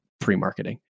pre-marketing